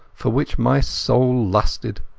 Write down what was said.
for which my soul lusted.